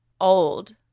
old